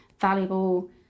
valuable